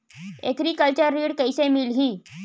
Agriculture ऋण कइसे मिलही?